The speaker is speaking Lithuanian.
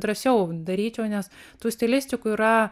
drąsiau daryčiau nes tų stilistikų yra